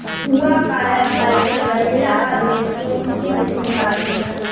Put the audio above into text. हुआकाया फाइबर बढ़ेला आ भेड़ के ऊन के जइसन लागेला